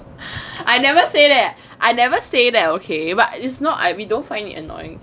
I never say that I never say that okay but is not we don't find it annoying